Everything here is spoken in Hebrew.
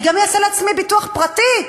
אני גם אעשה לעצמי ביטוח פרטי,